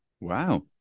Wow